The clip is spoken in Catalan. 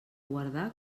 guardar